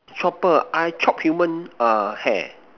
chopper I chop human err hair